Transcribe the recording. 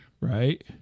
right